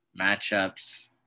matchups